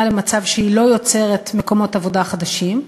למצב שהיא לא יוצרת מקומות עבודה חדשים,